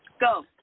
go